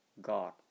God